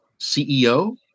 CEO